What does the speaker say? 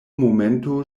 momento